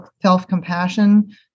self-compassion